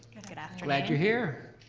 and good afternoon. glad you're here.